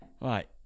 right